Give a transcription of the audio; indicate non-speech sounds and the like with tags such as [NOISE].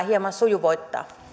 [UNINTELLIGIBLE] hieman sujuvoittaa